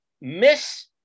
miss